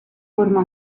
forma